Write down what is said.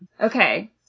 Okay